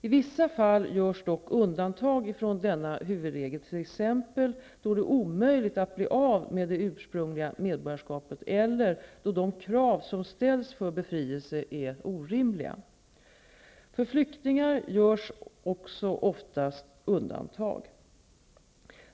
I vissa fall görs dock undantag från denna huvudregel, t.ex. då det är omöjligt att bli av med det ursprungliga medborgarskapet eller då de krav som ställs för befrielse är orimliga. För flyktingar görs också oftast undantag.